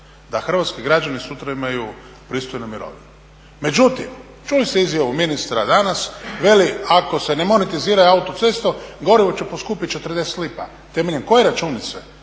da hrvatski građani sutra imaju pristojnu mirovinu. Međutim, čuli ste izjavu ministra danas, veli ako se ne monetiziraju autoceste gorivo će poskupit 40 lipa. Temeljem koje računice?